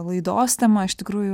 laidos tema iš tikrųjų